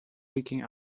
leaking